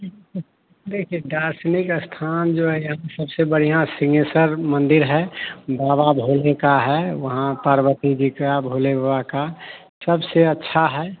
ठीक है देखिए दार्शनिक स्थान जो है यहाँ सबसे बढ़ियाँ सिंगेस्वर मंदिर है बाबा भोले का है वहाँ पार्वती जी का भोले बाबा का सबसे अच्छा है